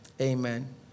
Amen